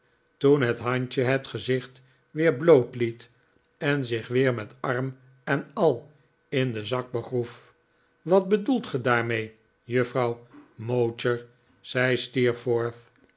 toen het handje het gezicht weer bloot liet en zich weer met arm en al in den zak begroef wat bedoelt ge daarmee juffrouw mowcher zei